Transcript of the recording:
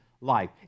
life